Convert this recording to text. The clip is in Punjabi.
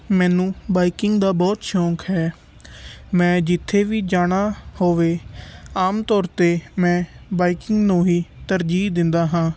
ਮੈਨੂੰ ਬਾਈਕਿੰਗ ਦਾ ਬਹੁਤ ਸ਼ੌਂਕ ਹੈ ਮੈਂ ਜਿੱਥੇ ਵੀ ਜਾਣਾ ਹੋਵੇ ਆਮ ਤੌਰ 'ਤੇ ਮੈਂ ਬਾਈਕਿੰਗ ਨੂੰ ਹੀ ਤਰਜੀਹ ਦਿੰਦਾ ਹਾਂ